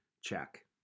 Check